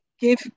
give